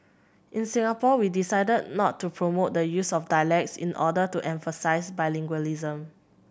in Singapore we decided not to promote the use of dialects in order to emphasise bilingualism